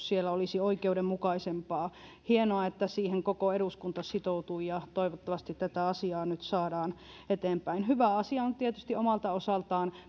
siellä olisi oikeudenmukaisempaa hienoa että siihen koko eduskunta sitoutui ja toivottavasti tätä asiaa nyt saadaan eteenpäin hyvä asia on tietysti omalta osaltaan